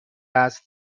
است